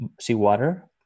seawater